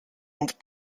und